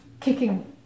kicking